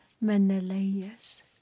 Menelaus